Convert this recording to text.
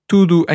Tudo